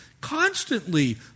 constantly